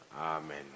Amen